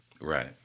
Right